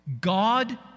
God